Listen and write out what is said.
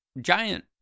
giant